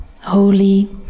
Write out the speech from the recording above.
holy